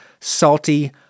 salty